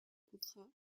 contrat